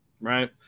Right